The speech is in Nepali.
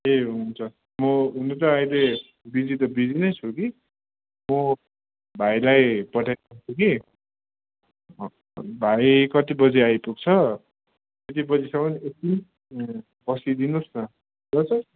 ए हुन्छ म हुनु चाहिँ अहिले बिजी त बिजी नै छु कि म भाइलाई पठाइदिन्छु कि भाइ कति बजी आइपुग्छ त्यति बजीसम्म एकछिन पर्खिदिनुहोस् न ल सर